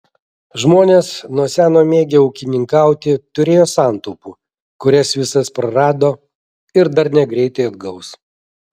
žmonės nuo seno mėgę ūkininkauti turėjo santaupų kurias visas prarado ir dar negreitai atgaus